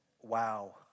wow